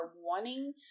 wanting